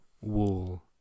wool